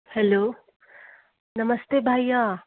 hello नमस्ते भैया